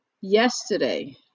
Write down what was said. yesterday